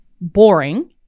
boring